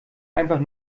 einfach